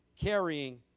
carrying